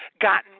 gotten